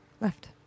Left